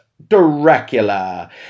Dracula